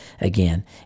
again